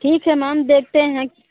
ठीक है मैम देखते हैं